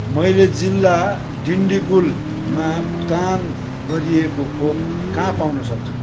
मैले जिल्ला डिन्डिगुलमा भुक्तान गरिएको खोप कहाँ पाउन सक्छु